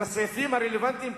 בסעיפים הרלוונטיים,